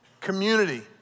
community